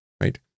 right